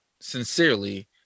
sincerely